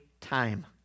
time